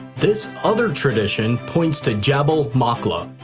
this other tradition points to jabal maqla,